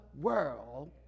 world